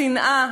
השנאה,